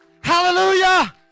Hallelujah